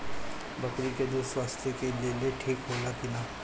बकरी के दूध स्वास्थ्य के लेल ठीक होला कि ना?